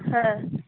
ᱦᱮᱸ